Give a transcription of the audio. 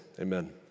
amen